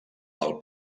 del